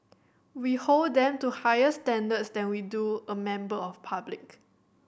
we hold them to higher standards than we do a member of public